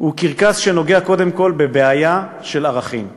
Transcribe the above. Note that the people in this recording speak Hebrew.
הוא קרקס שנוגע קודם כול בבעיה של ערכים.